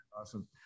Awesome